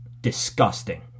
disgusting